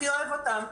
שהכי אוהב אותן,